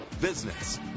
business